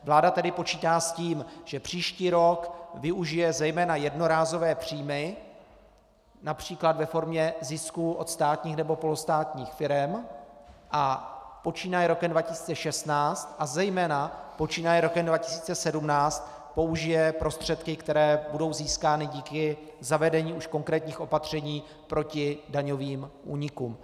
Vláda tedy počítá s tím, že příští rok využije zejména jednorázové příjmy například ve formě zisků od státních nebo polostátních firem, a počínaje rokem 2016 a zejména počínaje rokem 2017 použije prostředky, které budou získány díky zavedení už konkrétních opatření proti daňovým únikům.